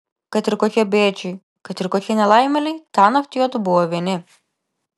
kad ir kokie bėdžiai kad ir kokie nelaimėliai tąnakt juodu buvo vieni